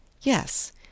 Yes